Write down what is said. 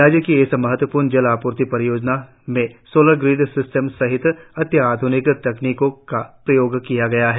राज्य की इस महत्वपूर्ण जल आपूर्ति परियोजना में सोलर ग्रिड सिस्टम सहित अत्याध्निक तकनीकों का उपयोग किया गया है